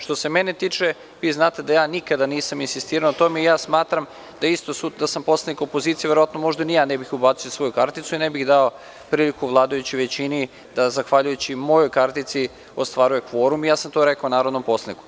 Što se mene tiče, vi znate da ja nikada nisam insistirao na tome i ja smatram da isto, da sam poslanik opozicije, verovatno ne bih ni ja ubacio svoju karticu i ne bih dao priliku vladajućoj većini da, zahvaljujući mojoj kartici ostvaruje kvorum i ja sam to rekao narodnom poslaniku.